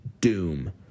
Doom